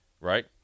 right